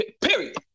period